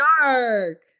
dark